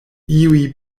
iuj